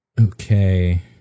Okay